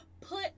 put